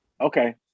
Okay